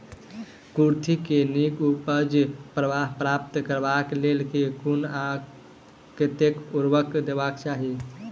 कुर्थी केँ नीक उपज प्राप्त करबाक लेल केँ कुन आ कतेक उर्वरक देबाक चाहि?